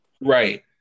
Right